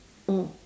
mm